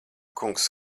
kungs